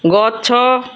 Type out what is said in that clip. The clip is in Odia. ଗଛ